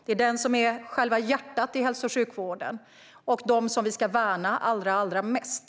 Det är personalen som är själva hjärtat i hälso och sjukvården och som vi ska värna allra mest.